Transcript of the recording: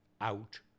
out